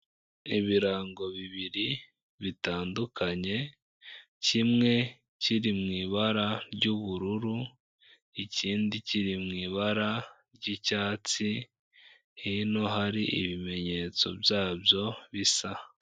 Ibirango bibiri bitandukanye, kimwe kiri mu ibara ry'ubururu, ikindi kiri mu ibara ry'icyatsi, hino hari ibimenyetso byabyo bisa.